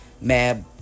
mad